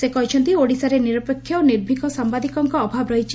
ସେ କହିଛନ୍ତି ଓଡ଼ିଶାରେ ନିରପେଷ ଓ ନିର୍ଭୀକ ସାମ୍ଘାଦିକଙ୍କ ଅଭାବ ରହିଛି